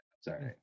Sorry